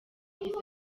yagize